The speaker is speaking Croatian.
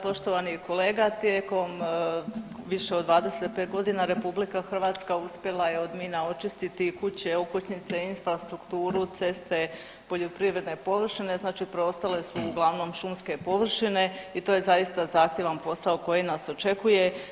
Poštovani kolega, tijekom više od 25 godina RH uspjela je od mina očistiti kuće, okućnice, infrastrukturu, ceste, poljoprivredne površine znači preostale su uglavnom šumske površine i to je zaista zahtjevan posao koji nas očekuje.